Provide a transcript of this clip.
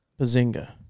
Bazinga